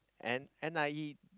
and N_I_E